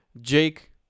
Jake